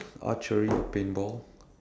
archery or paintball